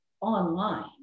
online